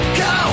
go